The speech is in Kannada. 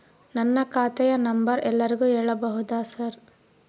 ನನ್ನ ಖಾತೆಯ ನಂಬರ್ ಎಲ್ಲರಿಗೂ ಹೇಳಬಹುದಾ ಸರ್?